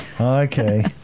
Okay